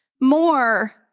more